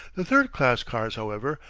the third-class cars, however,